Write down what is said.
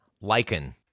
lichen